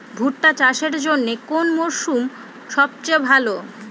ভুট্টা চাষের জন্যে কোন মরশুম সবচেয়ে ভালো?